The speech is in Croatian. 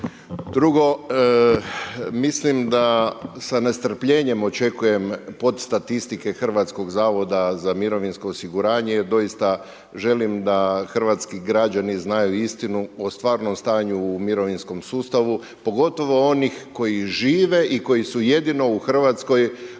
Drugo, mislim da s nestrpljenjem očekujem podstatistike HZMO-a jer doista želim da hrvatski građani znaju istinu o stvarnom stanju u mirovinskom sustavu pogotovo onih koji žive i koji su jedino u Hrvatskoj